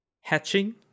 Hatching